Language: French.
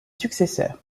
successeurs